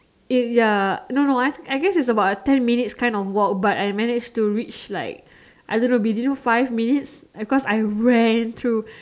it ya no no I I guess is about a ten minutes kind of walk but I manage to reach like I don't know within five minutes because I ran through